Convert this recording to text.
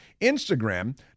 Instagram